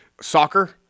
soccer